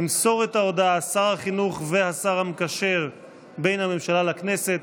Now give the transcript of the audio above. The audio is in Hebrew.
ימסור את ההודעה שר החינוך והשר המקשר בין הממשלה לכנסת